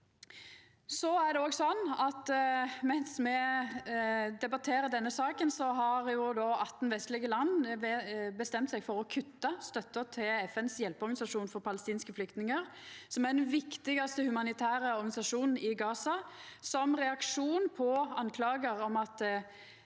Mens me debatterer denne saka, har 18 vestlege land bestemt seg for å kutta støtta til FNs hjelpeorganisasjon for palestinske flyktningar, som er den viktigaste humanitære organisasjonen i Gaza, som reaksjon på skuldingar om at